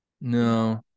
No